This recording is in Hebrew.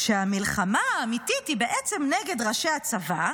שהמלחמה האמיתית היא בעצם נגד ראשי הצבא,